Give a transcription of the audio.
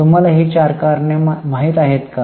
तुम्हाला हि चार कारणे माहीत आहेत का